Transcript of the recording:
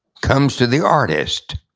comes to the artist,